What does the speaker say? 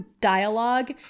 dialogue